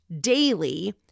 daily